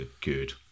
good